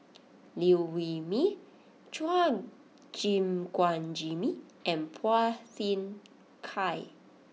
Liew Wee Mee Chua Gim Guan Jimmy and Phua Thin Kiay